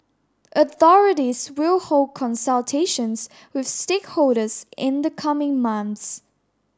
authorities will hold consultations with stakeholders in the coming months